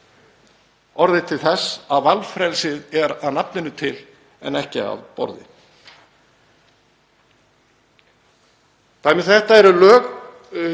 orðið til þess að valfrelsið er að nafninu til en ekki á borði. Dæmi um þetta eru lög